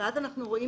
מאז אנחנו רואים